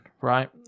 right